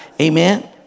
amen